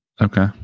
okay